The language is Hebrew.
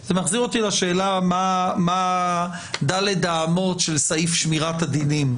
זה מחזיר אותי לשאלה מה ד' האמות של סעיף שמירת הדינים.